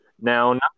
Now